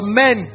men